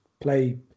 play